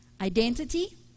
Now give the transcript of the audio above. Identity